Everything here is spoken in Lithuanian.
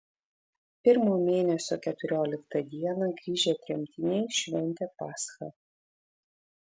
pirmo mėnesio keturioliktą dieną grįžę tremtiniai šventė paschą